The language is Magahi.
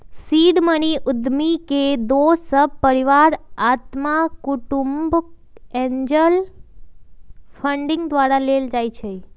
सीड मनी उद्यमी के दोस सभ, परिवार, अत्मा कुटूम्ब, एंजल फंडिंग द्वारा देल जाइ छइ